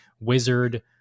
wizard